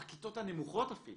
בכיתות הנמוכות אפילו,